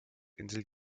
insel